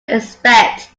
aspect